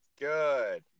Good